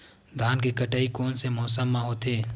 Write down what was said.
धान के कटाई कोन मौसम मा होथे?